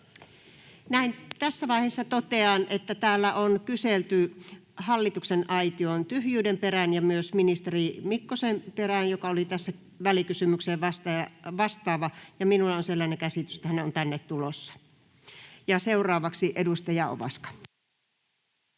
Tässä vaiheessa totean, että täällä on kyselty hallituksen aition tyhjyyden ja myös ministeri Mikkosen perään, joka oli tässä välikysymykseen vastaava, ja minulla on sellainen käsitys, että hän on tänne tulossa. — Seuraavaksi edustaja Ovaska.